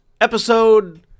episode